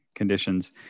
conditions